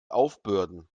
aufbürden